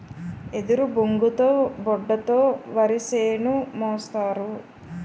ఎదురుబొంగుతో బోడ తో వరిసేను మోస్తారు